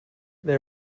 there